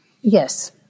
Yes